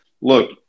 look